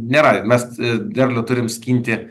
nėra mes derlių turim skinti